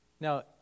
Now